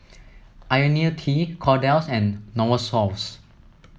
IoniL T Kordel's and Novosource